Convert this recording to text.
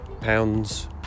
pounds